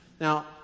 Now